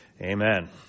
Amen